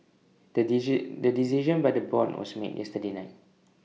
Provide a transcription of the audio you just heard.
the the decision by the board was made yesterday night